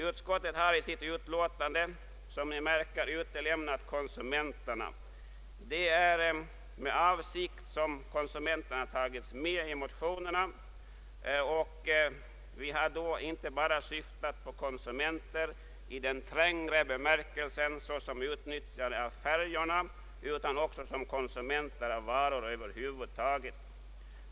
Utskottet har i sitt uttalande, som ni märker, utelämnat konsumenterna. Det är med avsikt som dessa tagits med i motionerna, och vi har då inte bara syftat på konsumenter i den trängre bemärkelsen som utnyttjare av färjorna utan också konsumenter av varor över huvud taget.